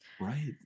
Right